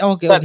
Okay